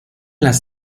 las